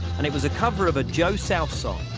and it was a cover of a joe south song,